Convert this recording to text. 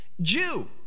Jew